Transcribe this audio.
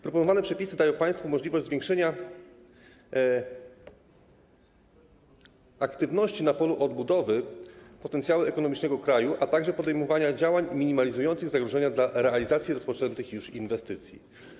Proponowane przepisy dają państwu możliwość zwiększenia aktywności na polu odbudowy potencjału ekonomicznego kraju, a także podejmowania działań minimalizujących zagrożenia dla realizacji rozpoczętych już inwestycji.